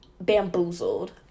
bamboozled